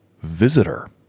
Visitor